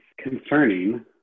concerning